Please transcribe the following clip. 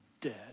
dead